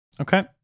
okay